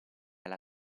alla